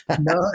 No